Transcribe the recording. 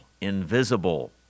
invisible